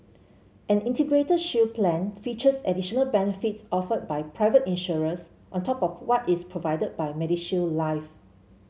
an Integrated Shield Plan features additional benefits offered by private insurers on top of what is provided by MediShield Life